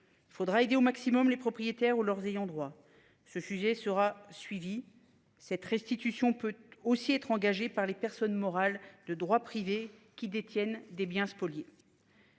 Il faudra aider au maximum les propriétaires ou leurs ayants droit. Ce sujet sera suivi cette restitution peut aussi être engagé par les personnes morales de droit privé qui détiennent des biens spoliés.